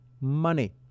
money